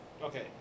Okay